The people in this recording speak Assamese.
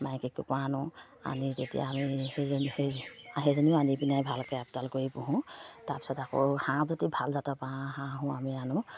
মাইকী কুকুৰা আনো আনি তেতিয়া আমি সেই সেইজনীও আনি পিনে ভালকৈ আপডাল কৰি পোহোঁ তাৰপিছত আকৌ হাঁহ যদি ভাল জাতৰ পাওঁ হাঁহো আমি আনো